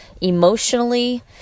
emotionally